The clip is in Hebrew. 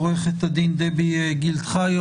עוה"ד דבי גילד חיו,